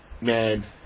man